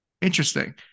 Interesting